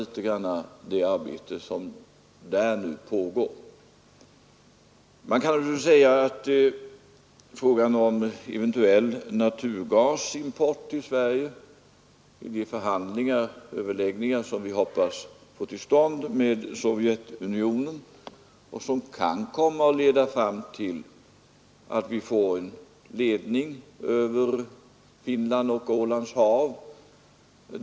Vi får naturligtvis avvakta det arbete som där nu pågår. De förhandlingar som vi hoppas få till stånd med Sovjetunionen om en eventuell naturgasimport till Sverige kan få till resultat att vi får en ledning över Finland och Ålands hav.